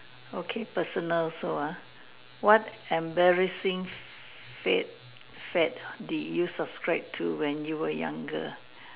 okay personal also ah what embarrassing fad fad did you subscribe to when you were younger